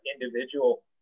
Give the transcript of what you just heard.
individual